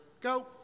Go